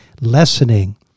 lessening